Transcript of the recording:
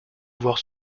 devoir